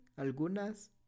algunas